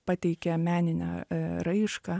pateikė meninę raišką